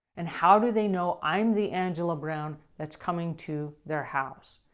and how do they know i'm the angela brown that's coming to their house?